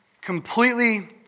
completely